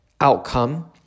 outcome